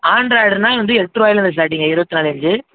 ஆண்ட்ராய்டுனால் வந்து எட்டு ருபாய்லேந்து ஸ்டார்ட்டிங்க இருபத்து நாலு இன்ச்சு